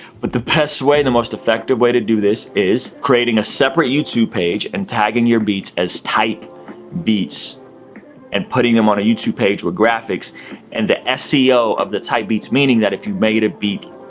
but the best way, the most effective way to do this is creating a separate youtube page and tagging your beats as type beats and putting em on a youtube page with graphics and the seo of the type beats meaning that if you make it a beat,